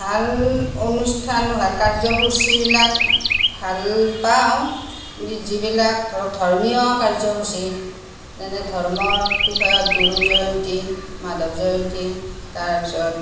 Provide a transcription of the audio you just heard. ভাল অনুষ্ঠান ভাল কাৰ্যসূচীবিলাক ভালপাওঁ কিন্তু যিবিলাক ধৰক ধৰ্মীয় কাৰ্যসূচী যেনে ধৰ্মৰ বিষয়ত গুৰু জয়ন্তী মাধৱ জয়ন্তী তাৰপিছত